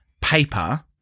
paper